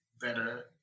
better